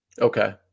Okay